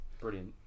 brilliant